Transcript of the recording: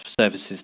Services